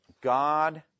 God